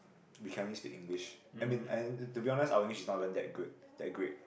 we can only speak English I mean and to be honest our English is not even that good that great